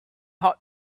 had